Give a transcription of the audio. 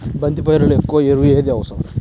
బంతి పైరులో ఎక్కువ ఎరువు ఏది అవసరం?